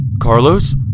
Carlos